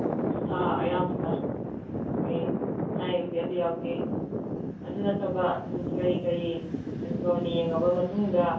ꯎꯝ ꯃꯁꯥ ꯑꯌꯥꯝꯕꯅ ꯑꯩ ꯑꯅꯥ ꯑꯌꯦꯛꯇꯤ ꯑꯝꯇ ꯌꯥꯎꯗꯦ ꯑꯗꯨ ꯅꯠꯇꯕ ꯎꯝ ꯀꯔꯤ ꯀꯔꯤ ꯕꯥꯔꯨꯅꯤ ꯌꯦꯡꯉꯕ ꯃꯇꯨꯡꯗ